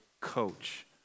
coach